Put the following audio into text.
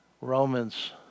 Romans